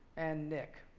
and nick.